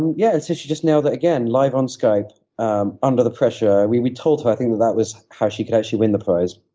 and yeah so she just nailed it again live on skype um under the pressure. we we told her, i think, that that was how she could actually win the prize.